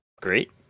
Great